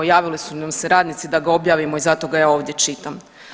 Javili su nam se radnici da ga objavimo i zato ga ja ovdje čitam.